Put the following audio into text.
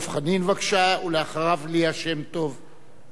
דב חנין, בבקשה, ואחריו, ליה